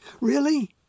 Really